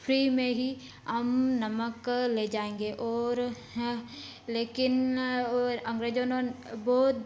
free में ही नमक ले जाएँगे और हाँ लेकिन और अंग्रेजों ने बहुत